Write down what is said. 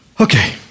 Okay